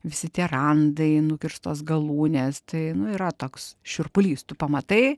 visi tie randai nukirstos galūnės tai nu yra toks šiurpulys tu pamatai